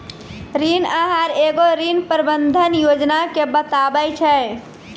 ऋण आहार एगो ऋण प्रबंधन योजना के बताबै छै